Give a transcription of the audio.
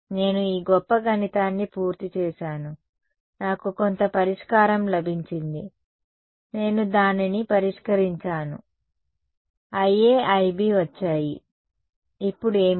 నేను ఈ గొప్ప గణితాన్ని పూర్తి చేసాను నాకు కొంత పరిష్కారం లభించింది నేను దానిని పరిష్కరించాను IA IB వచ్చాయి ఇప్పుడు ఏమిటి